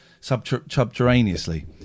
subterraneously